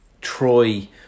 Troy